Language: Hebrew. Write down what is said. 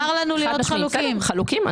מותר לנו להיות חלוקים בדעותינו.